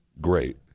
great